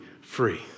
free